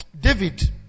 David